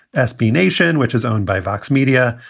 sb nation, which is owned by vox media,